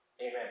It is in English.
Amen